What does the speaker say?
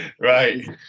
Right